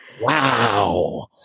Wow